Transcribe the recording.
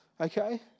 Okay